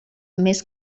més